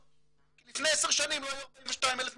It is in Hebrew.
כי לפני 10 שנים לא היו 42,000 מטופלים,